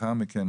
לאחר מכן,